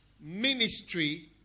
ministry